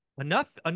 enough